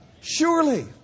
Surely